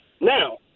Now